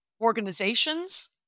organizations